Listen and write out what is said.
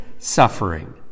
suffering